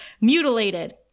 mutilated